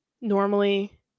normally